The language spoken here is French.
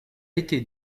été